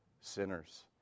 sinners